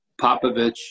Popovich